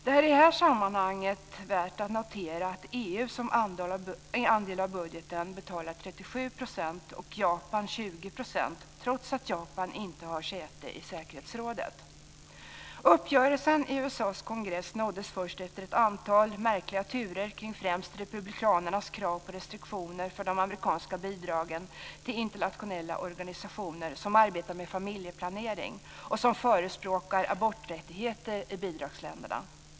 Det är i det här sammanhanget värt att notera att EU som andel av budgeten betalar 37 % och Uppgörelsen i USA:s kongress nåddes först efter ett antal märkliga turer kring främst republikanernas krav på restriktioner för de amerikanska bidragen till internationella organisationer som arbetar med familjeplanering och som förespråkar aborträttigheter i bidragsländerna.